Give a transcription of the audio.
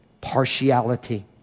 partiality